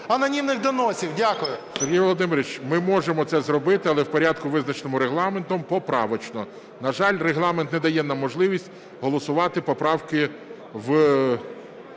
анонімних доносів? Дякую. ГОЛОВУЮЧИЙ. Сергій Володимирович, ми можемо це зробити, але в порядку визначеному Регламентом, поправочно. На жаль, Регламент не дає нам можливість голосувати поправки